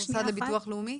המוסד לביטוח לאומי?